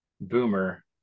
boomer